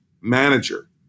manager